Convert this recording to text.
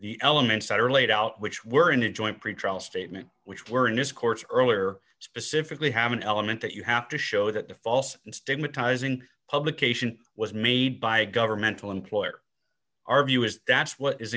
the elements that are laid out which were in a joint pretrial statement which were in this court earlier specifically have an element that you have to show that the false stigmatizing publication was made by a governmental employer our view is that's what is